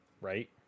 right